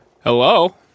Hello